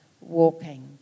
walking